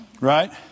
Right